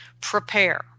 prepare